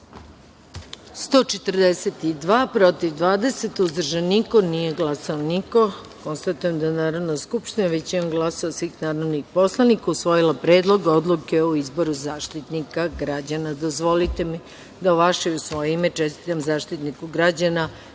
142, protiv – 20, uzdržan - niko, nije glasao niko. Konstatujem da je Narodna skupština većinom glasova svih narodnih poslanika usvojila predlog odluke o izboru Zaštitnika građana. Dozvolite mi da u vaše i u svoje ime čestitam Zaštitniku građana